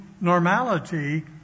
normality